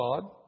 God